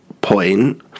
point